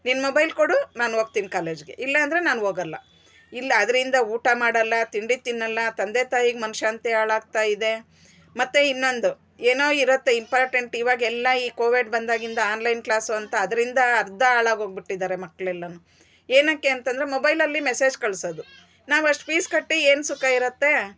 ನೀನ್ ಮೊಬೈಲ್ ಕೊಡು ನಾನು ಹೋಗ್ತಿನಿ ಕಾಲೇಜ್ಗೆ ಇಲ್ಲಾಂದ್ರೆ ನಾನು ಹೋಗೋಲ್ಲ ಇಲ್ಲ ಅದ್ರಿಂದ ಊಟ ಮಾಡಲ್ಲ ತಿಂಡಿ ತಿನ್ನಲ್ಲ ತಂದೆ ತಾಯಿಗೆ ಮನ್ಶಾಂತಿ ಹಾಳು ಆಗ್ತಾ ಇದೆ ಮತ್ತೆ ಇನ್ನೊಂದು ಏನೋ ಇರುತ್ತೆ ಇಂಪಾರ್ಟೆಂಟು ಇವಾಗ್ ಎಲ್ಲಾ ಈ ಕೋವಿಡ್ ಬಂದಾಗಿಂದ ಆನ್ಲೈನ್ ಕ್ಲಾಸು ಅಂತ ಅದ್ರಿಂದ ಅರ್ಧ ಹಾಳಾಗಿ ಹೋಗ್ಬಿಟ್ಟಿದ್ದಾರೆ ಮಕ್ಳು ಎಲ್ಲಾನು ಏನಕೆ ಅಂತಂದ್ರೆ ಮೊಬೈಲಲ್ಲಿ ಮೆಸೇಜ್ ಕಳ್ಸೋದು ನಾವು ಅಷ್ಟ್ ಫೀಸ್ ಕಟ್ಟಿ ಏನು ಸುಖ ಇರತ್ತೆ